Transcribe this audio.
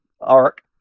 ark